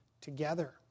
together